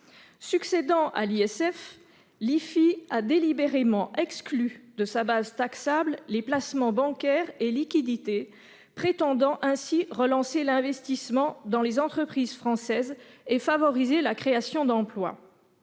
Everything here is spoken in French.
Succédant à l'ISF, l'IFI a délibérément exclu de sa base taxable les placements bancaires et liquidités, ses concepteurs prétendant ainsi relancer l'investissement dans les entreprises françaises et favoriser la création d'emplois.